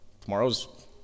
tomorrow's